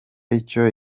icyo